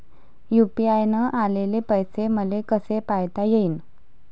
UPI न आलेले पैसे मले कसे पायता येईन?